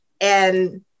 And-